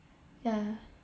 ya